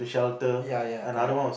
ya ya correct